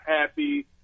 happy